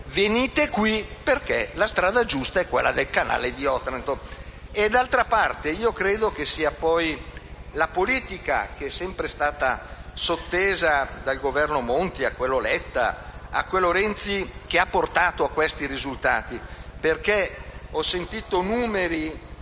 venite qui perché la strada giusta è quella del Canale di Otranto. D'altra parte, credo sia la politica - è sempre stata sottesa, dal Governo Monti a quelli di Letta e Renzi - ad aver portato a questi risultati, perché ho sentito numeri